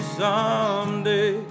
someday